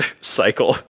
cycle